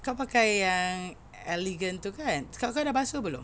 kau pakai yang elegant tu kan scalp kau dah basuh belum